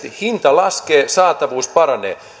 hinta laskee saatavuus paranee